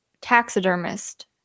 taxidermist